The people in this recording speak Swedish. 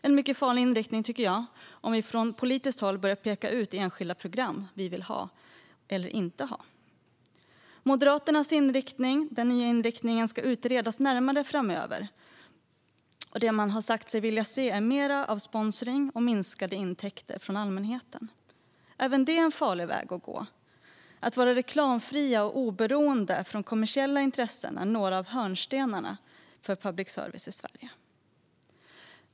Jag tycker att det är en mycket farlig inriktning om vi från politiskt håll börjar peka ut enskilda program vi vill ha eller inte ha. Moderaternas nya inriktning, som ska utredas närmare framöver, är mer sponsring och minskade intäkter från allmänheten. Även det är en farlig väg att gå. Att vara reklamfri och oberoende av kommersiella intressen är några av hörnstenarna för public service i Sverige.